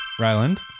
ryland